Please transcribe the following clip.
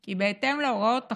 כי בהתאם להוראות החוק,